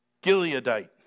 Gileadite